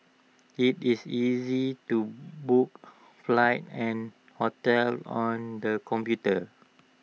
IT is easy to book flights and hotels on the computer